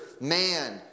man